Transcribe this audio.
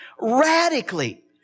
radically